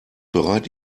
bereit